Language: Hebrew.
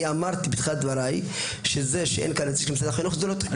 אני אמרתי בתחילת דבריי שזה שאין כאן נציג של משרד החינוך זה לא תקין.